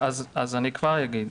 אני כבר אומר.